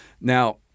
Now